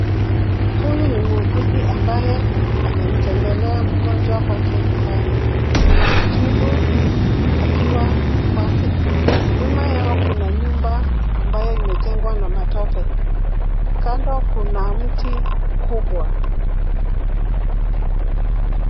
Huyu ni muuguzi ambaye amemtembelea mgonjwa kwake nyumbani. Anamtibu akiwa kwake. Nyuma yao kuna nyumba ambayo imejengwa na matope. Kando kuna mti kubwa.